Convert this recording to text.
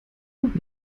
noch